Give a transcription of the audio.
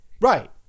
Right